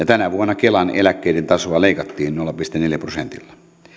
tänä vuonna kelan eläkkeiden tasoa leikattiin nolla pilkku neljällä prosentilla